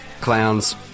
clowns